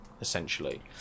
essentially